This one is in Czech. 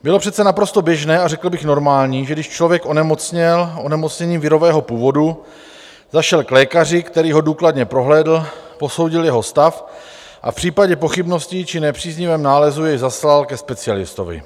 Bylo přece naprosto běžné a řekl bych normální, že když člověk onemocněl onemocněním virového původu, zašel k lékaři, který ho důkladně prohlédl, posoudil jeho stav a v případě pochybností či nepříznivého nálezu jej zaslal ke specialistovi.